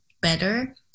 better